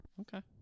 Okay